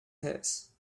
his